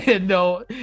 no